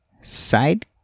side